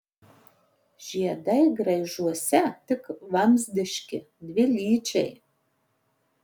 žiedai graižuose tik vamzdiški dvilyčiai